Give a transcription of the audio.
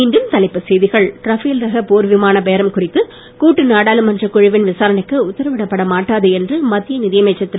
மீண்டும் தலைப்புச் செய்திகள் ரஃபேல் ரக போர் விமான பேரம் குறித்து கூட்டு நாடாளுமன்றக் குழுவின் விசாரணைக்கு உத்தரவிடப்பட மாட்டாது என்று மத்திய நிதியமைச்சர் திரு